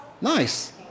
Nice